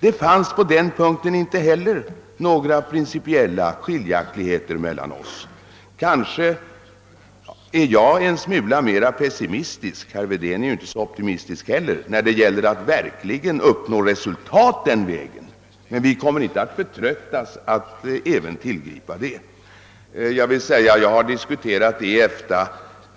Det fanns på den punkten inte några principiella skiljaktigheter mellan oss. Kanske är jag en smula mera pessimistisk — herr Wedén är inte heller så optimistisk när det gäller att verkligen uppnå resultat den vägen — men vi kommer inte att förtröttas i våra försök.